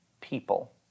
people